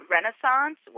Renaissance